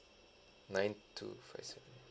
nine two five seven